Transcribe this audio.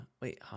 wait